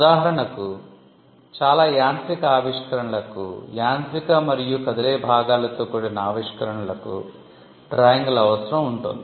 ఉదాహరణకు చాలా యాంత్రిక ఆవిష్కరణలకు యాంత్రిక మరియు కదిలే భాగాలతో కూడిన ఆవిష్కరణలకు డ్రాయింగ్ల అవసరం ఉంటుంది